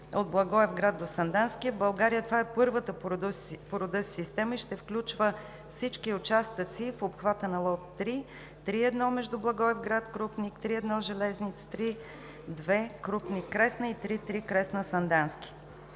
от Благоевград до Сандански. В България това е първата по рода си система и ще включва всички участъци в обхвата на лот 3 – 3.1 между Благоевград и Крупник, 3.1 „Железница“, 3.2 Крупник – Кресна, и 3.3 Кресна – Сандански.